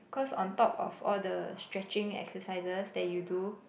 cause on top of all the stretching exercises that you do